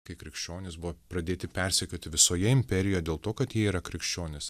kai krikščionys buvo pradėti persekioti visoje imperijoje dėl to kad jie yra krikščionys